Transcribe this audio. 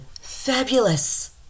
fabulous